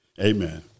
Amen